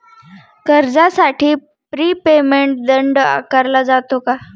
कर्जासाठी prepayment दंड आकारला जातो का?